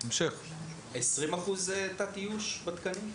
20 אחוז תת איוש בתקנים?